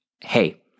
hey